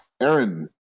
Aaron